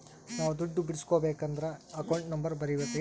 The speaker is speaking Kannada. ನಾವ್ ದುಡ್ಡು ಬಿಡ್ಸ್ಕೊಬೇಕದ್ರ ಅಕೌಂಟ್ ನಂಬರ್ ಬರೀಬೇಕು